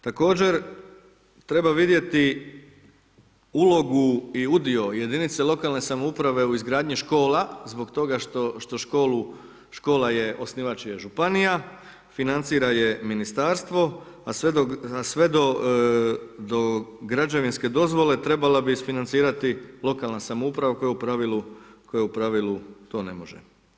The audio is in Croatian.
Također treba vidjeti ulogu i udio jedinice lokalne samouprave u izgradnji škola zbog toga što škola je, osnivač je županija, financira je ministarstvo, a sve do građevinske dozvole trebala bi isfinancirati lokalna samouprava koja u pravilu to ne može.